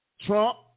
Trump